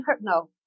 No